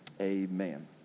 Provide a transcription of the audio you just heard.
amen